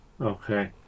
Okay